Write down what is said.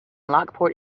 lockport